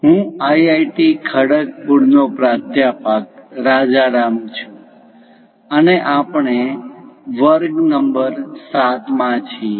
હું આઈઆઈટી ખડગપુર નો પ્રાધ્યાપક રાજારામ છું અને આપણે વર્ગ નંબર 7 માં છીએ